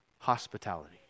hospitality